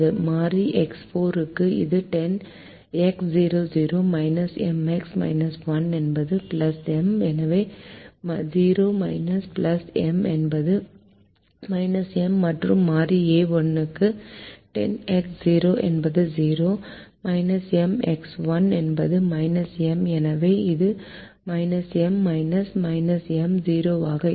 மாறி X4 க்கு இது 10 x 0 0 M x 1 என்பது M எனவே 0 M என்பது M மற்றும் மாறி a1 க்கு 10 x 0 என்பது 0 M x 1 என்பது M எனவே இது M M 0 ஆக இருக்கும்